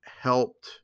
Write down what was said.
helped